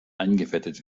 eingefettet